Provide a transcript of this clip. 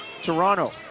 toronto